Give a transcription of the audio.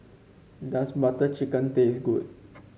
does Butter Chicken taste good